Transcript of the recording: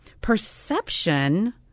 Perception